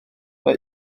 mae